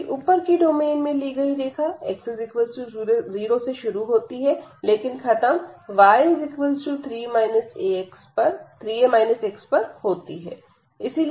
जबकि ऊपर की डोमेन में ली गई देखा x0 से शुरू होती है लेकिन खत्म y 3 a x पर होती है